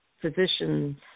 physicians